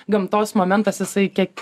gamtos momentas jisai kiek